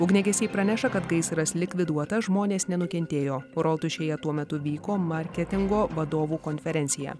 ugniagesiai praneša kad gaisras likviduotas žmonės nenukentėjo rotušėje tuo metu vyko marketingo vadovų konferencija